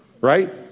right